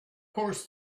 course